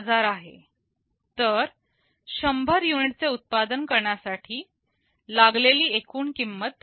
5000आहे तर 100 युनिटचे उत्पादन करण्यासाठी लागलेली एकूण किंमत Rs